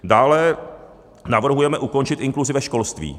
Dále navrhujeme ukončit inkluzi ve školství.